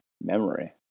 memory